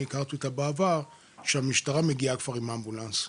הכרתי אותה בעבר שהמשטרה מגיעה כבר עם אמבולנס.